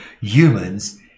humans